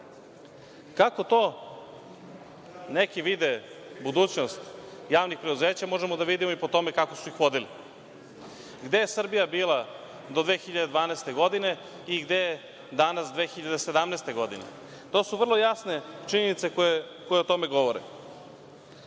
Kako to neki vide budućnost javnih preduzeća možemo da vidimo i po tome kako su ih vodili. Gde je Srbija bila do 2012. godine i gde je danas 2017. godine? To su vrlo jasne činjenice koje o tome govore.